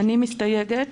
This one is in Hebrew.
אני מסתייגת.